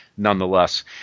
nonetheless